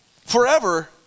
forever